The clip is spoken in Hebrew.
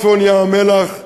לרבות צפון ים-המלח ועין-גדי.